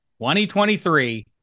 2023